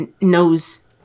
knows